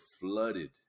flooded